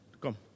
Come